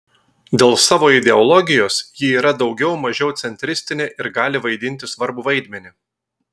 dėl savo ideologijos ji yra daugiau mažiau centristinė ir gali vaidinti svarbų vaidmenį